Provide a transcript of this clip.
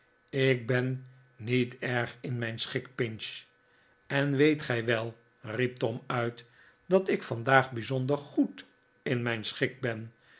ik ben niet erg in mijn schik pinch en weet gij wel riep tom uit fi dat ik vandaag bijzonder goed in mijn schik ben